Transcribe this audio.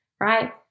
Right